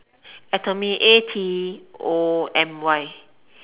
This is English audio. Atomy A T O M Y